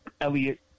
Elliot